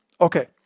Okay